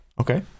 okay